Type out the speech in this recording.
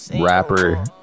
rapper